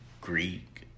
Greek